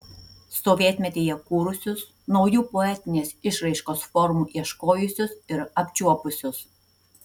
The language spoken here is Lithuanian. sovietmetyje kūrusius naujų poetinės išraiškos formų ieškojusius ir apčiuopusius